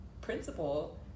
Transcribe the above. principle